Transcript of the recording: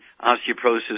osteoporosis